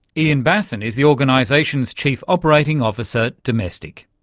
ian bassin is the organisation's chief operating officer domestic.